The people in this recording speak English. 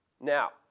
Now